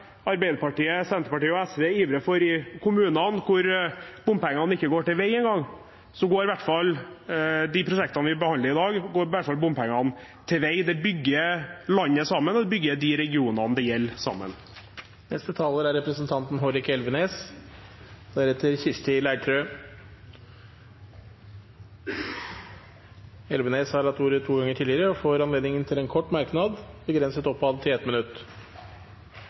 Arbeiderpartiet, Senterpartiet og SV ivrer for i kommunene, hvor bompengene ikke går til vei engang, går i hvert fall bompengene ved de prosjektene vi behandler i dag, til vei. Det binder landet sammen, og det binder de regionene det gjelder, sammen. Representanten Hårek Elvenes har hatt ordet to ganger tidligere og får ordet til en kort merknad, begrenset til 1 minutt.